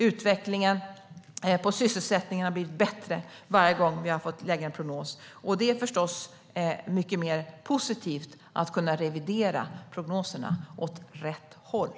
Utvecklingen när det gäller sysselsättningen har blivit bättre varje gång som vi har kommit med en prognos. Det är förstås mycket mer positivt att kunna revidera prognoserna åt rätt håll.